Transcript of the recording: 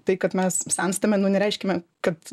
tai kad mes senstame nu nereiškime kad